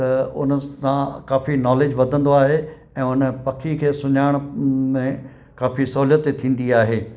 त उन सां काफ़ी नॉलेज वधंदो आहे ऐं उन पखी खे सुञाणण में काफ़ी सहूलियत थींदी आहे